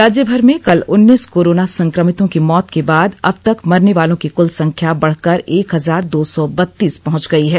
राज्य भर में कल उन्नीस कोरोना संक्रमितों की मौत के बाद अब तक मरने वालों की कुल संख्या बढ़कर एक हजार दो सौ बत्तीस पहुंच गई है